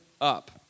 up